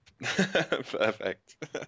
Perfect